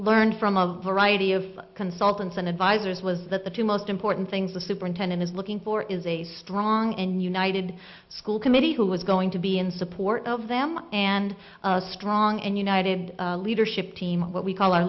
learned from of variety of consultants and advisors was that the two most important things the superintendent is looking for is a strong and united school committee who is going to be in support of them and strong and united leadership team what we call our